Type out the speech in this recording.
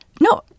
no